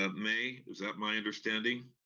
ah may, is that my understanding?